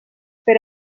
per